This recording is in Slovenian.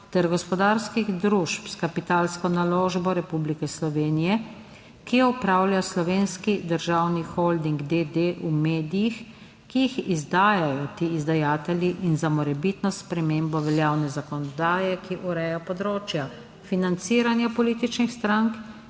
ter gospodarskih družb s kapitalsko naložbo Republike Slovenije, ki jo upravlja Slovenski državni holding, d. d. v medijih, ki jih izdajajo ti izdajatelji. In za morebitno spremembo veljavne zakonodaje, ki ureja področja financiranja političnih strank